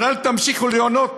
אבל אל תמשיכו להונות,